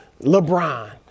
LeBron